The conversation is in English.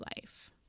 life